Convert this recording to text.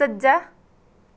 ਸੱਜਾ